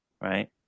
right